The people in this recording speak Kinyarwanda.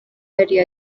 yari